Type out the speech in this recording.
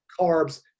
carbs